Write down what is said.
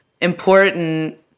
important